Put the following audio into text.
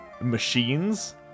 machines